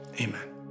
Amen